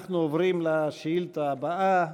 אנחנו עוברים לשאילתה הבאה.